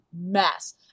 mess